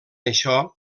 això